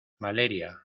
valeria